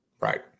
Right